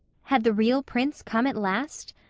had the real prince come at last?